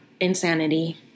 insanity